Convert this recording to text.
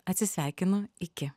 atsisveikinu iki